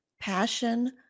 passion